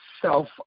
Self